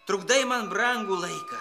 trukdai man brangų laiką